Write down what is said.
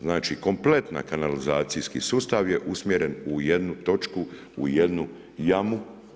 Znači kompletni kanalizacijski sustav je usmjeren u jednu točku, u jednu jamu.